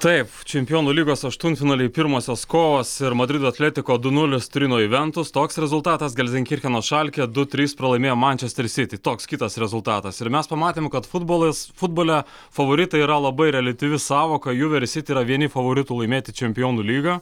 taip čempionų lygos aštuntfinaliai pirmosios kovos ir madrido atletiko du nulis turino juventus toks rezultatas gelsinkircheno šalke du trys pralaimėjo mančester siti toks kitas rezultatas ir mes pamatėm kad futbolas futbole favoritai yra labai reliatyvi sąvoka juver siti yra vieni favoritų laimėti čempionų lygą